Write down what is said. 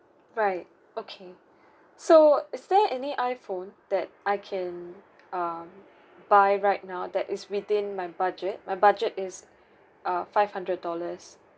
right okay so is there any iphone that I can um buy right now that is within my budget my budget is uh five hundred dollars